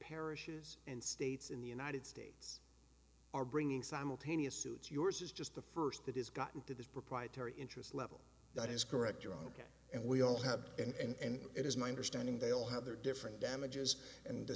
parishes and states in the united states are bringing simultaneous suits yours is just the first that has gotten to this proprietary interest level that is correct or ok and we all have and it is my understanding they all have their different damages and a